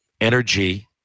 energy